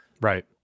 Right